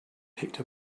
picked